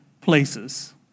places